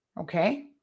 okay